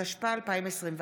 התשפ"א 2021,